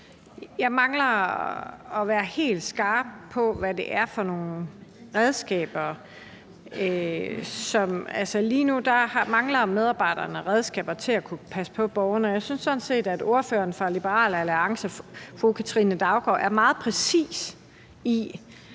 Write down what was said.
Jeg mangler at være helt skarp på, hvad det er for nogle redskaber. Lige nu mangler medarbejderne redskaber til at kunne passe på borgerne, og jeg synes sådan set, at ordføreren for Liberal Alliance, fru Katrine Daugaard, er meget præcis